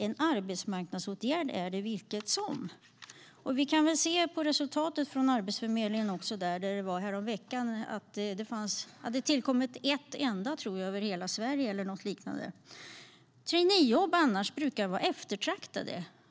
En arbetsmarknadsåtgärd är det i alla fall. Vi kan också se på resultatet från Arbetsförmedlingen. Häromveckan framkom det att det hade tillkommit ett enda över hela Sverige, eller något liknande. Traineejobb brukar annars vara eftertraktade.